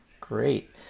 Great